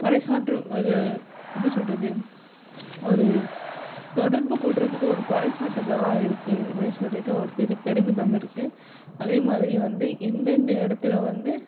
பரிசாற்று ஒரு எப்படி சொல்கிறது ஒரு தொடர்பு கொள்கிறதுக்கு ஒரு பரிசாற்றுதலாக இருக்குது அப்படி சொல்லிட்டு ஒரு இது பெருமிதம் இருக்குது அதே மாதிரி வந்து எந்தெந்த இடத்துல வந்து